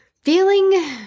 feeling